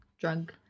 drug